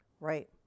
right